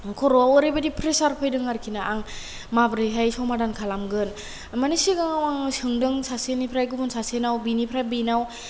खर'वाव ओरैबायदि प्रेसार फैदों आरोखिना आं माब्रैहाय समादान खालामगोन माने सिगाङाव आङो सोंदों सासेनिफ्राय गुुबुन सासेनाव बिनिफ्राय बेनाव